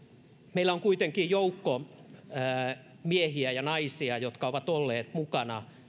meillä on kuitenkin joukko miehiä ja naisia jotka ovat olleet mukana